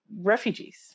refugees